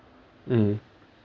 mm